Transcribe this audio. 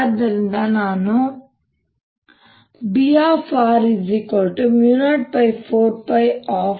ಆದ್ದರಿಂದ ನಾನು Br04π m